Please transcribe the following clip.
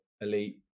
elite